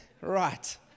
Right